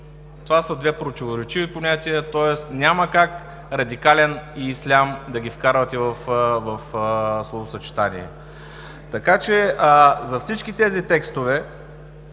Това се две противоречиви понятия, тоест няма как „радикален“ и „ислям“ да ги вкарвате в словосъчетание. За всички тези текстове